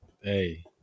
Hey